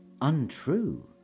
untrue